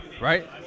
right